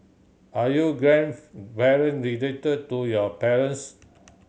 are your grandparent related to your parents